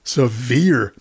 severe